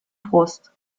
brust